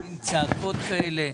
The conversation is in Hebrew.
עם צעקות כאלה,